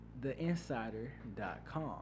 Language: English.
theinsider.com